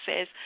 says